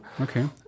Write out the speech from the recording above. Okay